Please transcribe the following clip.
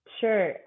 Sure